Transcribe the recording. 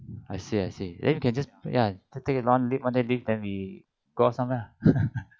I see I see then you can just ya take one one day leave then we go somewhere